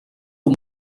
com